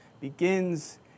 Begins